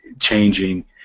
changing